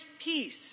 peace